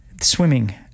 swimming